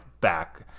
back